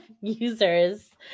users